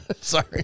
Sorry